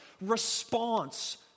response